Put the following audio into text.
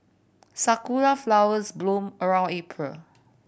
sakura flowers bloom around April